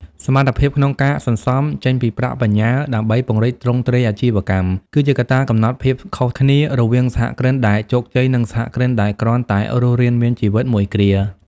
សមត្ថភាពក្នុងការ "សន្សំ" ចេញពីប្រាក់បញ្ញើដើម្បីពង្រីកទ្រង់ទ្រាយអាជីវកម្ម គឺជាកត្តាកំណត់ភាពខុសគ្នារវាងសហគ្រិនដែលជោគជ័យ និងសហគ្រិនដែលគ្រាន់តែរស់រានមានជីវិតមួយគ្រា។